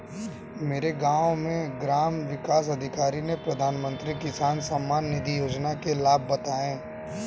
मेरे गांव में ग्राम विकास अधिकारी ने प्रधानमंत्री किसान सम्मान निधि योजना के लाभ बताएं